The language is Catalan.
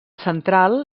central